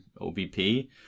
OBP